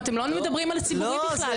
אתם לא מדברים על הציבורי בכלל.